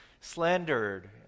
slandered